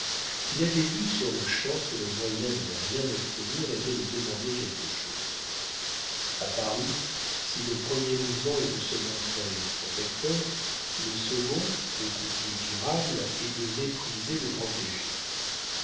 il avait vu sur-le-champ que le moyen de ne rien obtenir était de demander quelque chose a paris si le premier mouvement est de se montrer protecteur le second beaucoup plus durable est de mépriser le protégé